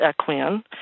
Equian